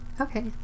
okay